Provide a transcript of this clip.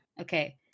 Okay